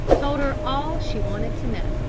told her all she wanted to know.